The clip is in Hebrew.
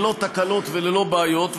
ללא תקלות וללא בעיות,